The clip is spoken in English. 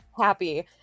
happy